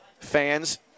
fans